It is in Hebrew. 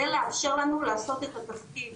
כדי לאפשר לנו לעשות את התפקיד,